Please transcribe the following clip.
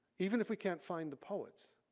even if we can't find the poets,